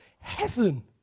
heaven